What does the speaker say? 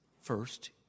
first